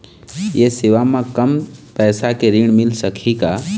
ये सेवा म कम पैसा के ऋण मिल सकही का?